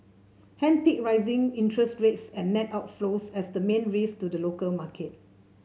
hand picked rising interest rates and net outflows as the main risks to the local market